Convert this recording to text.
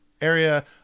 area